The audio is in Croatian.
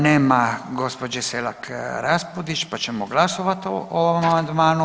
Nema gospođe Selak Raspudić, pa ćemo glasovati o ovom amandmanu.